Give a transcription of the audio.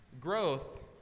growth